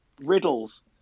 riddles